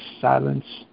silence